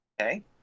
Okay